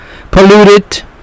polluted